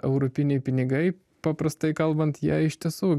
europiniai pinigai paprastai kalbant jie iš tiesų